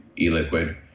e-liquid